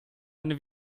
eine